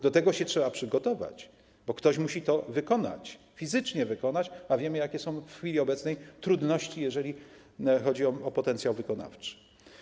Do tego się trzeba przygotować, bo ktoś będzie musiał to wykonać, fizycznie wykonać, a wiemy, jakie są w chwili obecnej trudności, jeżeli chodzi o potencjał wykonawczy.